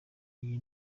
iyi